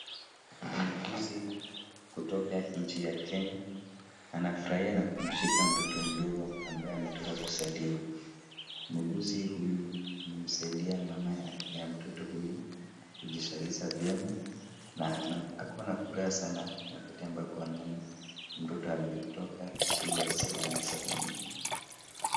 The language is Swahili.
Muuguzi kutoka nchi ya Kenya. Anafurahia na kumshika mtoto mdogo ambaye ametoka kuzaliwa .Muuguzi huyu amemsaidia mama ya mtoto huyu kijizalisha vyema na ako na furaha sana, wakati ambapo anapoona mtoto ametoka akiwa salama salimini